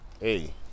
hey